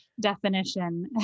definition